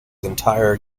entire